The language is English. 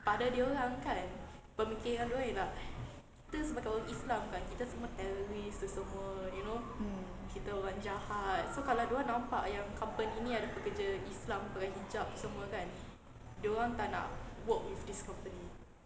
mm